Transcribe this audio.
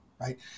right